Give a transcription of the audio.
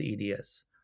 eds